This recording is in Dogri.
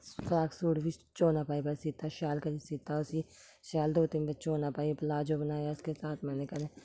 फ्राक सूट बी चौना पाई पाई सीता शैल करियै सीता उस्सी शैल दो तिन्न बारी चौना पाइयै प्लाजो बनाया उसके साथ मैंने कन्नै